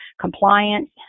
compliance